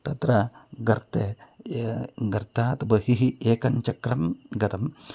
तत्र गर्ते ये गर्तात् बहिः एकं चक्रं गतम्